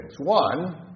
One